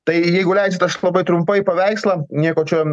tai jeigu leisit aš labai trumpai paveikslą nieko čia